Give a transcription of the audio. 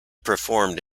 performed